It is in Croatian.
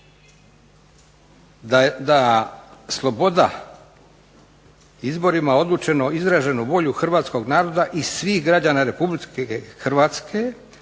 da sloboda izborima odlučeno izraženu volju hrvatskog naroda i svih građana Republike Hrvatske,